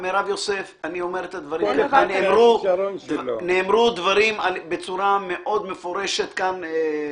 מירב יוסף, נאמרו דברים בצורה מאוד מפורשת כאן.